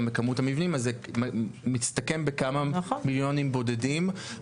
בכמות המבנים אז זה מסתכם בכמה מיליונים בודדים.